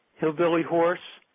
hillbilly horse,